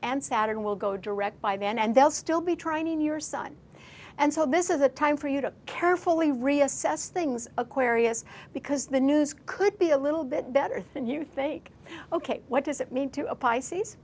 and saturn will go direct by then and they'll still be trying your son and so this is a time for you to carefully reassess things aquarius because the news could be a little bit better than you think ok what does it mean to a pisces